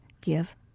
give